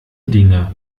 dinge